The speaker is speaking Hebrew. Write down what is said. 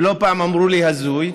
ולא פעם אמרו לי "הזוי".